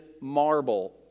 marble